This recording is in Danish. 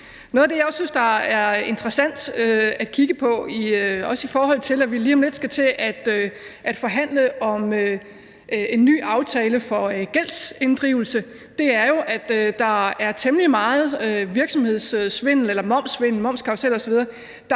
Noget af det, jeg også synes er interessant at kigge på – også i forhold til at vi lige om lidt skal til at forhandle om en ny aftale for gældsinddrivelse – er jo, at der er temmelig meget virksomhedssvindel eller momssvindel, momskarruseller osv., der